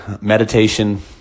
Meditation